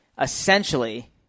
essentially